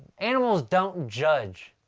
animals don't judge.